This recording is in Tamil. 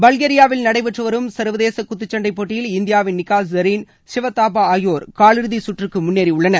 பல்கேரியாவில் நடைபெற்று வரும் சர்வதேச குத்துச்சண்டை போட்டியில் இந்தியாவின் நிக்கத் ஜரீன் ஷிவ தாபா ஆகியோர் காலிறுதி சுற்றுக்கு முன்னேறியுள்ளனர்